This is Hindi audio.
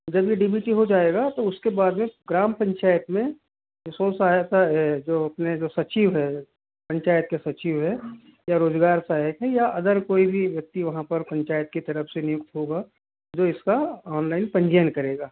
जब भी डी बी टी हो जाएगा तो उसके बाद में ग्राम पंचायत में सोर्स आया जो अपने जो सचिव है पंचायत के सचिव है या रोज़गार सहायक है या अदर कोई भी व्यक्ति वहाँ पर पंचायत की तरफ़ से नियुक्त होगा जो इसका ऑनलाइन पंजीयन करेगा